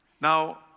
Now